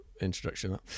introduction